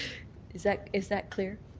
is that is that clear?